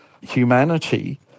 humanity